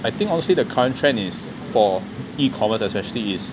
I think I would say the current trend for e-commerce especially is